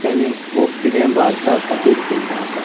त्यांनी खूब किदें भारता खातीर केल्लें आसा